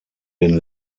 den